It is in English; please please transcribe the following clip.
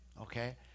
Okay